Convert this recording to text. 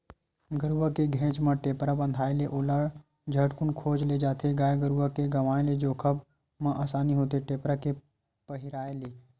गरुवा के घेंच म टेपरा बंधाय ले ओला झटकून खोज ले जाथे गाय गरुवा के गवाय ले खोजब म असानी होथे टेपरा के पहिराय ले